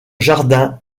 jardins